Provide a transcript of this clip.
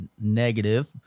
negative